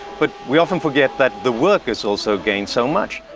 but we often forget that the workers also gain so much.